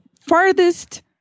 farthest